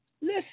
Listen